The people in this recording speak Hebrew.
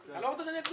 כן.